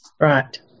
Right